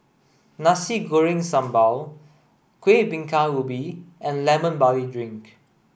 Nasi Goreng Sambal Kuih Bingka Ubi and lemon barley drink